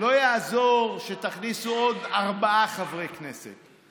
לא יעזור שתכניסו עוד ארבעה חברי כנסת,